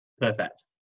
perfect